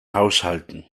haushalten